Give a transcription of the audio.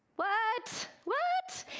what! what?